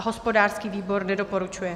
Hospodářský výbor nedoporučuje.